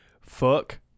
Fuck